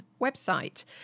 website